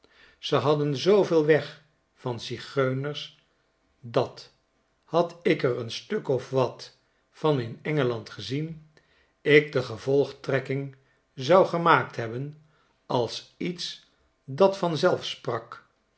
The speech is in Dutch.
ze hadden zooveel weg van zigeuners dat had ik er een stuk of wat van inengeland gezien ik de gevolgtrekking zou gemaakt hebben als iets dat vanzelf sprak